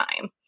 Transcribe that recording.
time